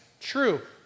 true